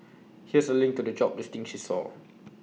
here's A link to the job listing she saw